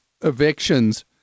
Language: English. evictions